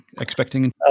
expecting